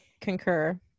concur